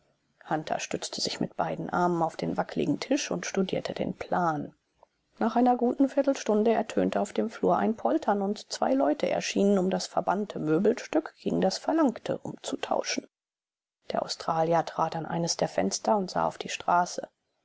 hunter stützte sich mit beiden armen auf den wackligen tisch und studierte den plan nach einer guten viertelstunde ertönte auf dem flur ein poltern und zwei leute erschienen um das verbannte möbelstück gegen das verlangte umzutauschen der australier trat an eines der fenster und sah auf die straße